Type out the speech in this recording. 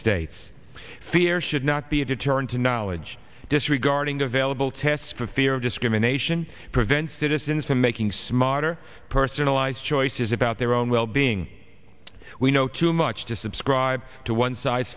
states fear should not be a deterrent to knowledge disregarding available tests for fear of discrimination prevents citizens from making smarter personalized choices about their own well being we know too much to subscribe to one size